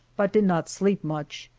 but did not sleep much.